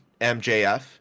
MJF